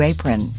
Apron